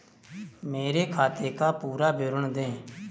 मेरे खाते का पुरा विवरण दे?